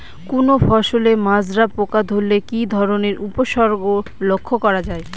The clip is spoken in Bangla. কোনো ফসলে মাজরা পোকা ধরলে কি ধরণের উপসর্গ লক্ষ্য করা যায়?